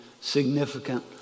significant